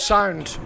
Sound